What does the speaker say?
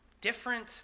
different